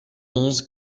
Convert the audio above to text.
onze